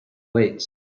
weights